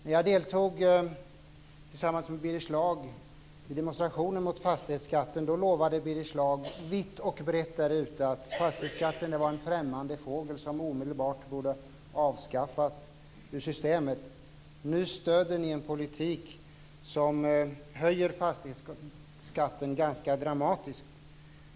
När jag deltog tillsammans med Birger Schlaug i demonstrationen mot fastighetsskatten så lovade han vitt och brett där ute. Fastighetsskatten var en främmande fågel som omedelbart borde avskaffas ur systemet, sade han. Nu stöder ni en politik som höjer fastighetsskatten ganska dramatiskt.